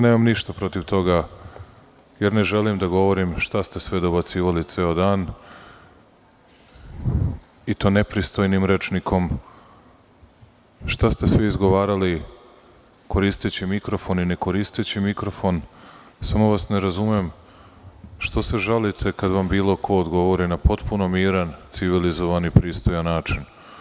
Nemam ništa protiv toga, jer ne želim da govorim šta ste sve dobacivali ceo dan i to nepristojnim rečnikom, šta ste sve izgovarali koristeći mikrofon i ne koristeći mikrofon, samo vas ne razumem, što se žalite kada vam bilo ko odgovori na potpuno miran, civilizovan i pristojan način.